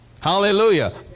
Hallelujah